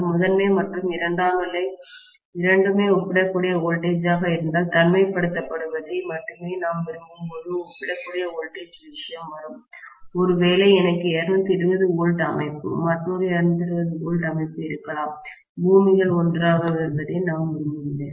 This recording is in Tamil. முதன்மை மற்றும் இரண்டாம் நிலை இரண்டுமே ஒப்பிடக்கூடிய வோல்டேஜ் ஆக இருந்தால் தனிமைப்படுத்தப்படுவதை மட்டுமே நான் விரும்பும்போது ஒப்பிடக்கூடிய வோல்டேஜ் விஷயம் வரும் ஒருவேளை எனக்கு 220 V அமைப்பு மற்றொரு 220 V அமைப்பு இருக்கலாம் பூமிகள் ஒன்றாக வருவதை நான் விரும்பவில்லை